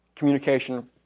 communication